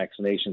vaccinations